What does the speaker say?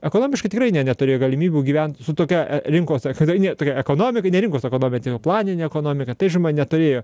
ekonomiškai tikrai ne neturėjo galimybių gyventi su tokia rinkos ek tokiai ekonomika ne rinkos ekonomika tai yra planinė ekonomika tai žinoma neturėjo